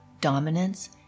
dominance